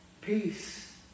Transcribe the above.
Peace